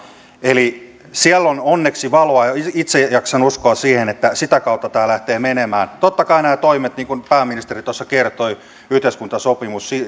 eli siellä on onneksi valoa itse jaksan uskoa siihen että sitä kautta tämä lähtee menemään totta kai nämä toimet niin kuin pääministeri tuossa kertoi yhteiskuntasopimus